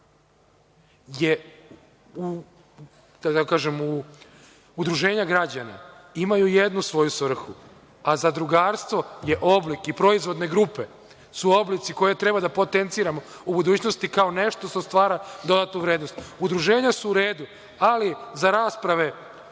udruženja građana imaju jednu svoju svrhu, a zadrugarstvo je oblik i proizvodne grupe su oblici koje treba da potenciramo u budućnosti kao nešto što stvara dodatnu vrednost. Udruženja su u redu, ali za rasprave